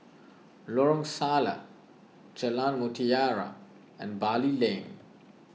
Lorong Salleh Jalan Mutiara and Bali Lane